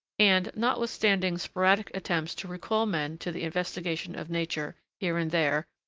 and, notwithstanding sporadic attempts to recall men to the investigation of nature, here and there,